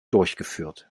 durchgeführt